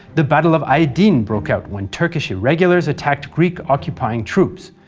the battle of aydin broke out when turkish irregulars attacked greek occupying troops.